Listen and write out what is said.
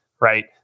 right